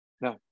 No